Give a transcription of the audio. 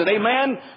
Amen